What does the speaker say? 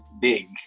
big